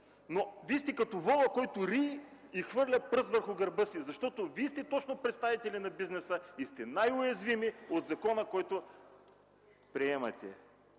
Вие сте като вола, който рие и хвърля пръст върху гърба си. Точно Вие сте представители на бизнеса и сте най-уязвими от закона, който приемате.